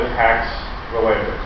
tax-related